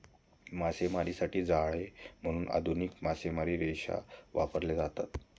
मासेमारीसाठी जाळी म्हणून आधुनिक मासेमारी रेषा वापरल्या जातात